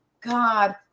god